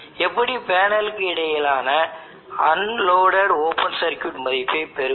எப்படி பேனலுக்கு இடையேயான unloaded open circuit மதிப்பை பெறுவது